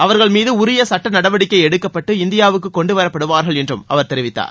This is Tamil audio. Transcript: அவர்கள் மீது உரிய சுட்ட நடவடிக்கை எடுக்கப்பட்டு இந்தியாவுக்கு கொண்டு வரப்படுவார்கள் என்றும் அவர் தெரிவித்தார்